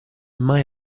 mai